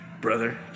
brother